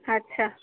ଆଚ୍ଛା